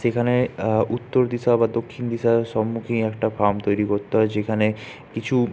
সেখানে উত্তর দিশা বা দক্ষিণ দিশার সম্মুখীন একটা ফার্ম তৈরি করতে হয় যেখানে কিছু